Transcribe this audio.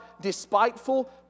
despiteful